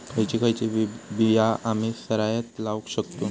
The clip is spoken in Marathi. खयची खयची बिया आम्ही सरायत लावक शकतु?